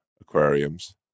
aquariums